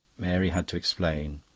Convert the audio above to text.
mary had to explain.